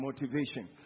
motivation